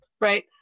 right